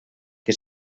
que